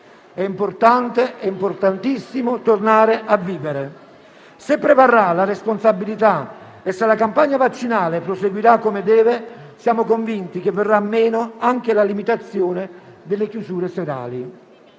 È importante, importantissimo, tornare a vivere. Se prevarrà la responsabilità e se la campagna vaccinale proseguirà come deve, siamo convinti che verrà meno anche la limitazione delle chiusure serali.